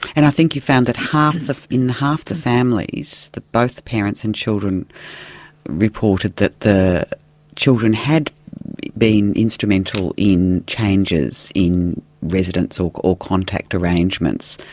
and i think you found that half the. in half the families, both parents and children reported that the children had been instrumental in changes in residence or or contact arrangements,